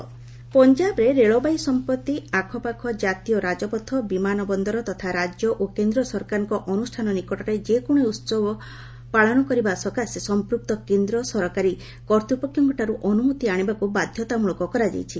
Punjab guidelines ପଞ୍ଜାବରେ ରେଳବାଇ ସମ୍ପତ୍ତି ଆଖପାଖ ଜାତୀୟ ରାଜପଥ ବିମାନ ବନ୍ଦର ତଥା ରାଜ୍ୟ ଓ କେନ୍ଦ୍ର ସରକାରଙ୍କ ଅନୁଷ୍ଠାନ ନିକଟରେ ଯେକୌଣସି ଉହବ ପାଳନ କରିବା ସକାଶେ ସମ୍ପୁକ୍ତ କେନ୍ଦ୍ର ସରକାରୀ କର୍ତ୍ତ୍ୱପକ୍ଷଙ୍କଠାରୁ ଅନୁମତି ଆଣିବାକୁ ବାଧ୍ୟତାମୂଳକ କରାଯାଇଛି